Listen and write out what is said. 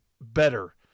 better